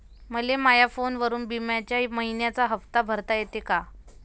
मले माया फोनवरून बिम्याचा मइन्याचा हप्ता भरता येते का?